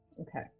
Okay